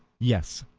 yes.